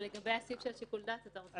לגבי הסעיף של שיקול הדעת אתה רוצה.